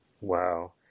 Wow